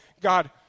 God